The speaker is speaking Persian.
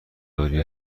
دارویی